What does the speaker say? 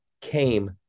came